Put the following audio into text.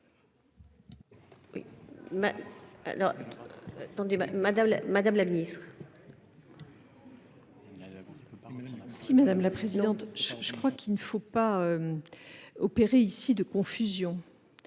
madame la ministre,